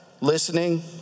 listening